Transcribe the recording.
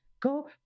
Go